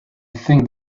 think